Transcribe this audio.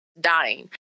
dying